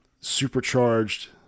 Supercharged